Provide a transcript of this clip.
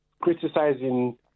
criticizing